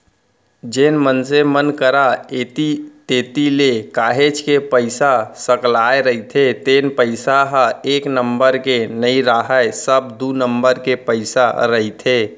जेन मनसे मन करा ऐती तेती ले काहेच के पइसा सकलाय रहिथे तेन पइसा ह एक नंबर के नइ राहय सब दू नंबर के पइसा रहिथे